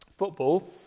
football